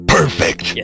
Perfect